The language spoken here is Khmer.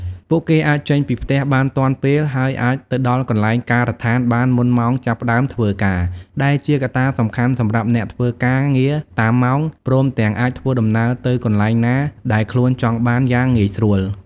ពួកគេអាចចេញពីផ្ទះបានទាន់ពេល ហើយអាចទៅដល់កន្លែងការដ្ឋានបានមុនម៉ោងចាប់ផ្តើមធ្វើការដែលជាកត្តាសំខាន់សម្រាប់អ្នកធ្វើការងារតាមម៉ោង ព្រមទាំងអាចធ្វើដំណើរទៅទីកន្លែងណាដែលខ្លួនចង់បានយ៉ាងងាយស្រួល។